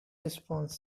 response